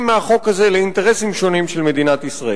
מהחוק הזה לאינטרסים שונים של מדינת ישראל.